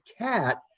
cat